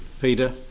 Peter